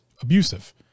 abusive